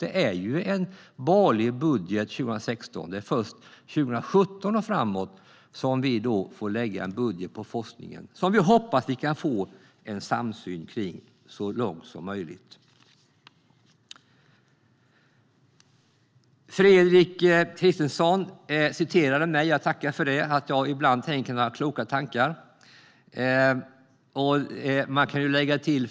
Vi har ju en borgerlig budget 2016. Det är först 2017 och framåt som vi får lägga budgetar på forskningsområdet, vilka vi hoppas att vi kan få samsyn kring så långt som möjligt. Fredrik Christensson citerade mig; jag tackar för det. Ibland tänker jag alltså några kloka tankar.